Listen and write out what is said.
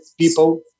people